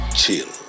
chill